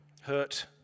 Hurt